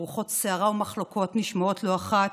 כשרוחות סערה ומחלוקות נשמעות לא אחת,